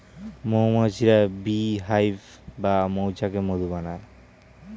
মৌমাছিরা beehive বা মৌচাকে মধু বানায়